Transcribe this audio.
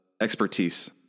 expertise